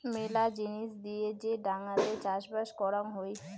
মেলা জিনিস দিয়ে যে ডাঙাতে চাষবাস করাং হই